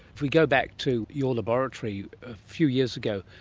if we go back to your laboratory a few years ago,